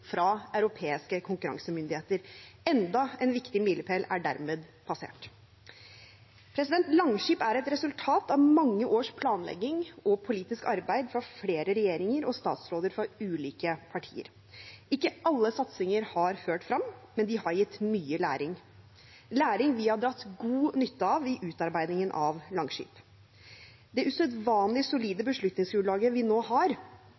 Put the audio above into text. fra europeiske konkurransemyndigheter. Enda en viktig milepæl er dermed passert. Langskip er et resultat av mange års planlegging og politisk arbeid fra flere regjeringer og statsråder fra ulike partier. Ikke alle satsinger har ført frem, men de har gitt mye læring – læring vi har dratt god nytte av i utarbeidingen av Langskip. Det usedvanlig solide beslutningsgrunnlaget vi nå har,